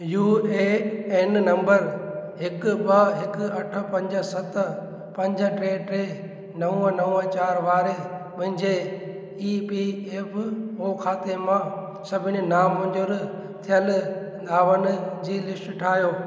U A N number हिक ॿ हिक अठ पंज सत पंज ट्रे ट्रे नव नव चारि वारे मुंहिंजे ई पी एफ ओ खाते मां सभिनी नामंज़ूर थियल दावनि जी लिस्ट ठाहियो